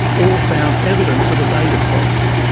or found evidence of a baited fox.